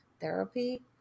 therapy